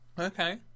Okay